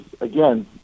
again